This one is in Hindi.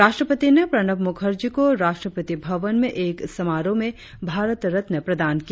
राष्ट्रपति ने प्रणब मुखर्जी को राष्ट्रपति भवन में एक समारोह में भारत रत्न प्रदान किया